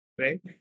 Right